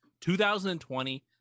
2020